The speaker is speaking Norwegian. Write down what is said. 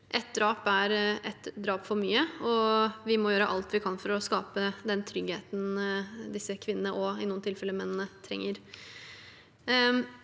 Ett drap er ett drap for mye, og vi må gjøre alt vi kan for å skape den tryggheten disse kvinnene, og i noen tilfeller mennene, trenger.